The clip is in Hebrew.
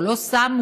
או לא שמו,